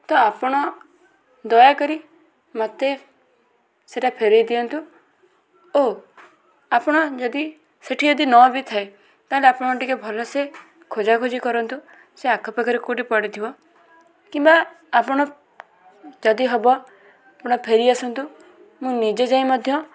ତ ଆପଣ ଦୟାକରି ମୋତେ ସେଇଟା ଫେରାଇ ଦିଅନ୍ତୁ ଓ ଆପଣ ଯଦି ସେଠି ଯଦି ନ ବି ଥାଏ ତା'ହେଲେ ଆପଣ ଟିକିଏ ଭଲସେ ଖୋଜା ଖୋଜି କରନ୍ତୁ ସେହି ଆଖ ପାଖରେ କେଉଁଠି ପଡ଼ିଥିବ କିମ୍ବା ଆପଣ ଯଦି ହେବ ଆପଣ ଫେରିଆସନ୍ତୁ ମୁଁ ନିଜେ ଯାଇ ମଧ୍ୟ